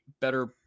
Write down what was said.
better